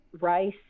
rice